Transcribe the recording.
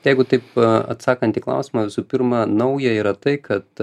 jeigu taip atsakant į klausimą visų pirma nauja yra tai kad